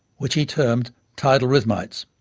which he termed tidal rhythmites.